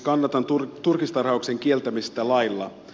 kannatan turkistarhauksen kieltämistä lailla